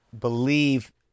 believe